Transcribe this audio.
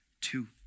two